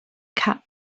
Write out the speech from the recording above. cut